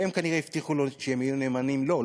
והם כנראה הבטיחו לו שהם יהיו נאמנים לו,